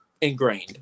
ingrained